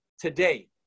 Today